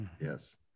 Yes